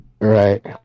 Right